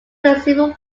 several